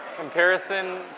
comparison